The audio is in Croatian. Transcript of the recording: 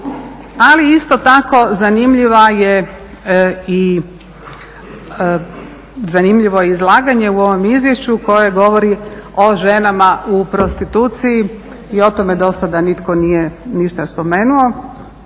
ali isto tako zanimljivo je izlaganje u ovom izvješću koje govori o ženama u prostituciji i o tome do sada nitko nije ništa spomenuo.